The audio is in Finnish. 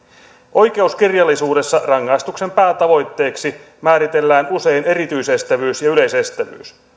oikeuskirjallisuudessa rangaistuksen päätavoitteeksi määritellään usein erityisestävyys ja yleisestävyys